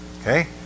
okay